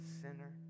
sinner